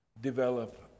develop